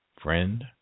friend